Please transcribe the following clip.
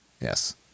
Yes